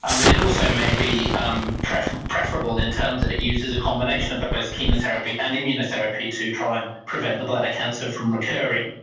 um but it also may be um preferable preferable in terms that it uses a combination of but both chemotherapy and immunotherapy to try and prevent the bladder cancer from recurring.